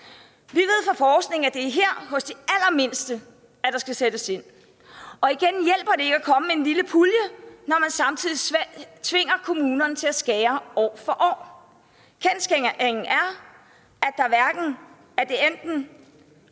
Vi ved fra forskning, at det er her hos de allermindste, at der skal sættes ind. Og igen hjælper det jo ikke at komme med en lille pulje, når man samtidig tvinger kommunerne til at skære år for år. Kendsgerningen er, hvad enten det gælder